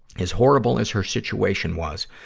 as horrible as her situation was,